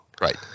Right